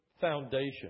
foundation